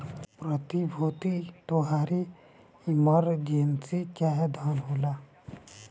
प्रतिभूति तोहारी इमर्जेंसी चाहे धन होला